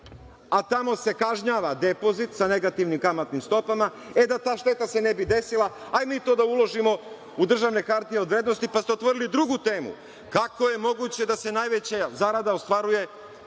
a tamo se kažnjava depozit sa negativnim kamatnim stopama, da se ta šteta ne bi desila, hajde mi to da uložimo u državne hartije od vrednosti, pa ste otvorili drugu temu. Kako je moguće da se najveća zarada ostvaruje